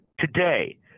today